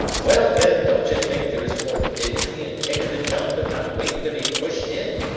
well, then, don't you think there is more dignity in takin' the jump and not waitin' to be pushed in?